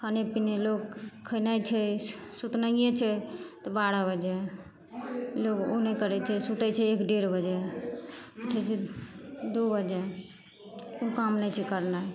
खाने पिने लोक खेनाइ छै सुतनाइए छै तऽ बारह बजे लोक ओ नहि करै छै सुतै छै एक डेढ़ बजे उठै छै दुइ बजे ओ काम नहि छै करनाइ